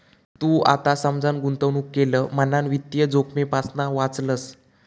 तू आता समजान गुंतवणूक केलं म्हणान वित्तीय जोखमेपासना वाचलंस